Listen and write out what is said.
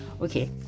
Okay